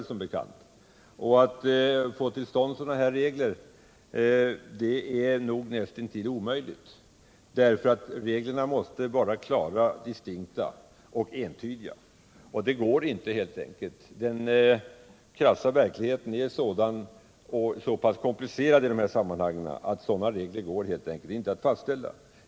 Att få till stånd regler av det slag reservanterna önskar är 175 nog näst intill omöjligt, därför att reglerna måste vara klara, distinkta och entydiga. Verkligheten är så pass komplicerad i de här sammanhangen att sådana regler inte går att fastställa.